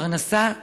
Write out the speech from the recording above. פרנסה,